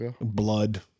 Blood